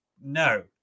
No